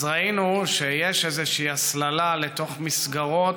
אז ראינו שיש איזושהי הסללה לתוך מסגרות